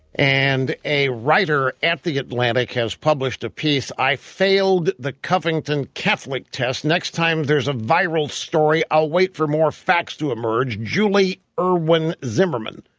and a writer at the atlantic has published a piece, i failed the covington catholic test next time there's a viral story, i'll wait for more facts to emerge. julie irwin zimmerman